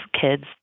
kids